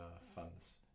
funds